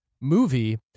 movie